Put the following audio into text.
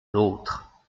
l’autre